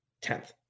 tenth